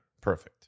Perfect